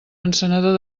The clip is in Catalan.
encenedor